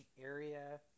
area